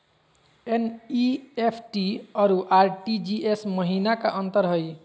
NEFT अरु RTGS महिना का अंतर हई?